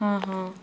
आं हां